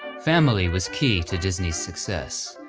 family was key to disney's success.